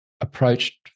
approached